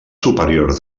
superior